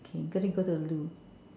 okay go to go to the loo